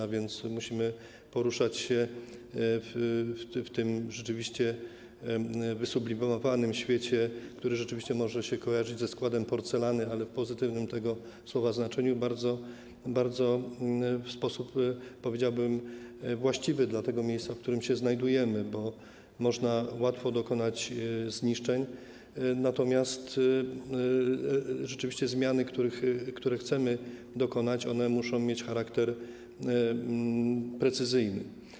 A więc musimy poruszać się w tym wysublimowanym świecie, który rzeczywiście może się kojarzyć ze składem porcelany, ale w pozytywnym tego słowa znaczeniu, w sposób bardzo, bardzo, powiedziałbym, właściwy dla tego miejsca, w którym się znajdujemy, bo można łatwo dokonać zniszczeń, natomiast rzeczywiście zmiany, których chcemy dokonać, muszą mieć charakter precyzyjny.